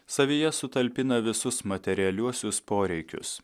savyje sutalpina visus materialiuosius poreikius